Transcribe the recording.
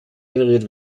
generiert